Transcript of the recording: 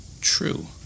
True